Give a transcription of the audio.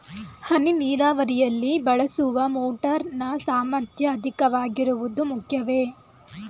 ಹನಿ ನೀರಾವರಿಯಲ್ಲಿ ಬಳಸುವ ಮೋಟಾರ್ ನ ಸಾಮರ್ಥ್ಯ ಅಧಿಕವಾಗಿರುವುದು ಮುಖ್ಯವೇ?